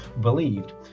believed